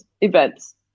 events